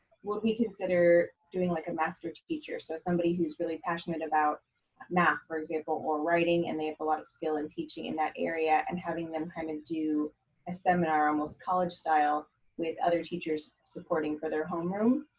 would we consider doing like a master teacher? so somebody who's really passionate about math, for example, or writing, and they have a lot of skill in teaching in that area and having them come and do a seminar, almost college style with other teachers supporting for their homeroom.